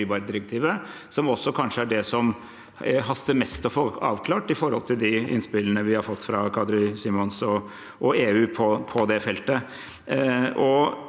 som kanskje er det som haster mest å få avklart med hensyn til de innspillene vi har fått fra Kadri Simson og EU på det feltet.